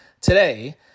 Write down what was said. today